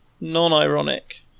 Non-ironic